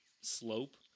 slope